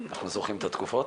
אנחנו זוכרים את התקופות.